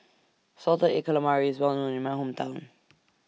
Salted Egg Calamari IS Well known in My Hometown